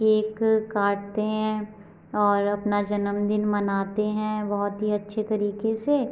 cake काटते हैं और अपना जनमदिन मनाते हैं बहुत ही अच्छे तरीके से